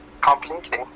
Completely